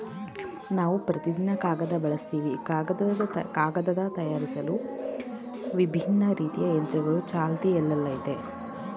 ನಾವು ಪ್ರತಿದಿನ ಕಾಗದ ಬಳಸ್ತಿವಿ ಕಾಗದನ ತಯಾರ್ಸಲು ವಿಭಿನ್ನ ರೀತಿ ಯಂತ್ರಗಳು ಚಾಲ್ತಿಯಲ್ಲಯ್ತೆ